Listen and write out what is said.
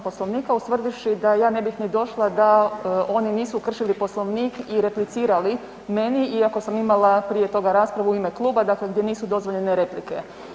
Poslovnika ustvrdivši da ja ne bih ni došla da oni nisu kršili Poslovnik i replicirali meni iako sam imala prije toga raspravu u ime kluba, dakle gdje nisu dozvoljene replike.